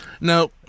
No